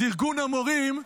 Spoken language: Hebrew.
אז ארגון המורים,